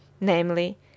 namely